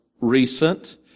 recent